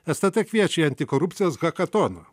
stt kviečia į antikorupcijos hakatoną